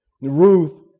Ruth